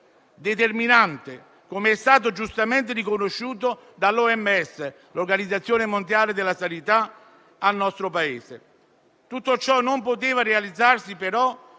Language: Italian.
determinante, come è stato giustamente riconosciuto dall'Organizzazione mondiale della sanità al nostro Paese. Tutto ciò non poteva però realizzarsi senza